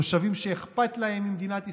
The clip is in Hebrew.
תושבים שאכפת להם ממדינת ישראל.